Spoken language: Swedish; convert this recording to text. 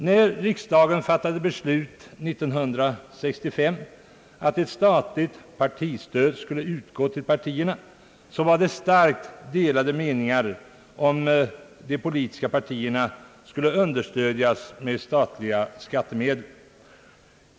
När riksdagen fattade beslut 1965 om ett statligt partistöd, fanns det starkt delade meningar om önskvärdheten av att de politiska partierna skulle understödjas med skattemedel.